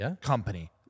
company